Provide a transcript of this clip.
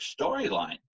storyline